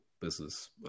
business